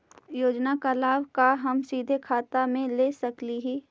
योजना का लाभ का हम सीधे खाता में ले सकली ही?